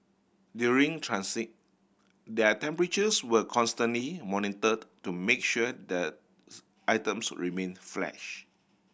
during transit their temperatures were constantly monitored to make sure the items remain flesh